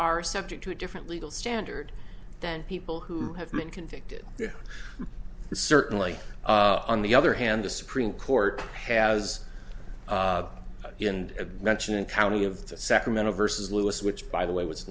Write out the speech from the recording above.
are subject to a different legal standard than people who have been convicted certainly on the other hand the supreme court has a mention in county of sacramento versus lewis which by the way was